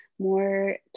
more